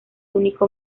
único